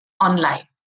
online